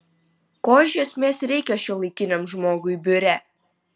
ko iš esmės reikia šiuolaikiniam žmogui biure